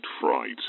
Fright